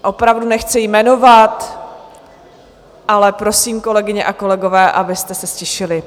Opravdu nechci jmenovat, ale prosím, kolegyně a kolegové, abyste se ztišili.